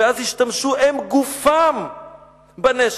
ואז ישתמשו הם גופם בנשק.